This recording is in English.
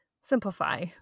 simplify